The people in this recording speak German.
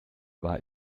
war